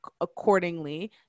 accordingly